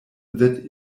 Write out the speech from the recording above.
that